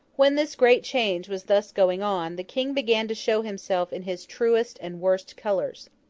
when this great change was thus going on, the king began to show himself in his truest and worst colours.